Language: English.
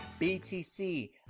BTC